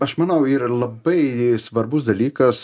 aš manau yra labai svarbus dalykas